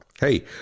Hey